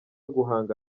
guhanga